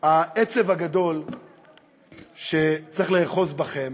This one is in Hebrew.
העצב הגדול שצריך לאחוז בכם